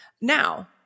Now